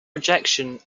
rejection